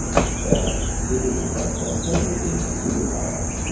i felt super successful. i felt like it gave me super powers.